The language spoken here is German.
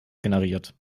generiert